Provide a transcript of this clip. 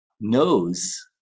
knows